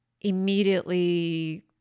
immediately